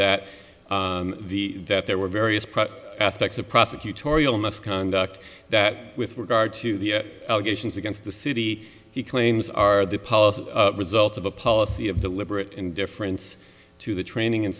that the that there were various prep aspects of prosecutorial misconduct that with regard to the allegations against the city he claims are the policy result of a policy of deliberate indifference to the training and